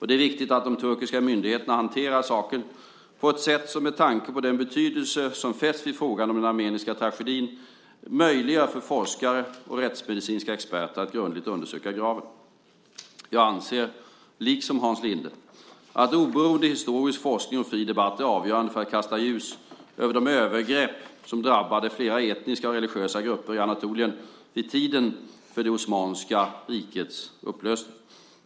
Det är viktigt att de turkiska myndigheterna hanterar saken på ett sätt som med tanke på den betydelse som fästs vid frågan om den armeniska tragedin möjliggör för forskare och rättsmedicinska experter att grundligt undersöka graven. Jag anser, liksom Hans Linde, att oberoende historisk forskning och fri debatt är avgörande för att kasta ljus över de övergrepp som drabbade flera etniska och religiösa grupper i Anatolien vid tiden för det osmanska rikets upplösning.